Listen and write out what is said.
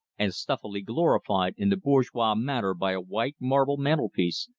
and stuffily glorified in the bourgeois manner by a white marble mantel-piece,